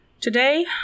Today